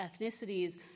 ethnicities